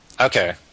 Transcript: Okay